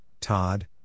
Todd